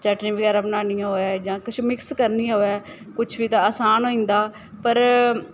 चटनी बगैरा बनानी होऐ जां किश मिक्स करनी आं होऐ कुछ बी तां असान होई जंदा पर